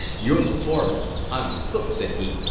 you're the foreman i'm the cook, said he.